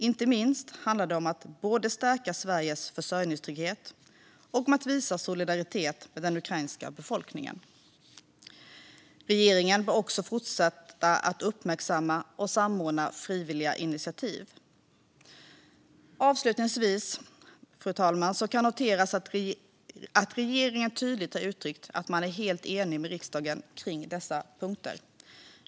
Inte minst handlar det om att stärka Sveriges försörjningstrygghet och om att visa solidaritet med den ukrainska befolkningen. Regeringen bör också fortsätta att uppmärksamma och samordna frivilliga initiativ. Avslutningsvis, fru talman, kan det noteras att regeringen tydligt har uttryckt att man är helt enig med riksdagen kring dessa punkter.